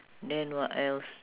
then what else